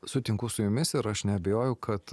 sutinku su jumis ir aš neabejoju kad